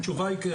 התשובה היא כן.